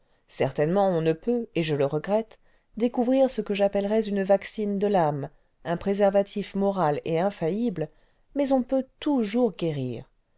certainement ou ne peut et je le regrette découvrir ce que j'appellerais une vaccine de rame u'u préservatif moral et infaillible mais on peut toujours guérir